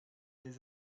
les